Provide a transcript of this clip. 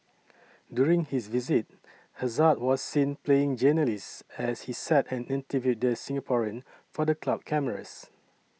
during his visit Hazard was seen playing journalist as he sat and interviewed the Singaporean for the club cameras